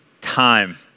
time